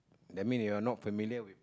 that mean you are not familiar with